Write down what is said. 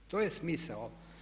To je smisao.